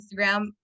Instagram